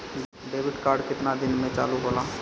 Debit card केतना दिन में चालु होला?